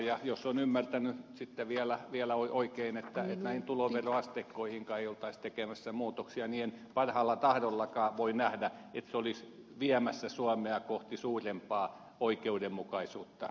ja sitten vielä jos olen ymmärtänyt oikein että näihin tuloveroasteikkoihinkaan ei oltaisi tekemässä muutoksia niin en parhaalla tahdollakaan voi nähdä että se olisi viemässä suomea kohti suurempaa oikeudenmukaisuutta